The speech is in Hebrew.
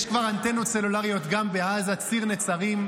יש כבר אנטנות סלולריות גם בעזה, בציר נצרים.